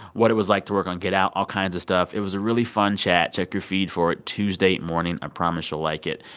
what it was like to work on, get out all kinds of stuff. it was a really fun chat. check your feed for it tuesday morning. i promise you'll like it.